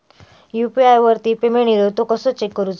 UPI वरती payment इलो तो कसो चेक करुचो?